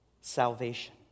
salvation